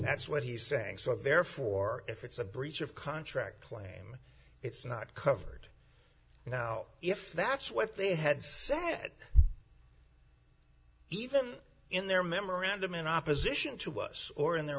that's what he's saying so therefore if it's a breach of contract claim it's not covered now if that's what they had said even in their memorandum in opposition to us or in their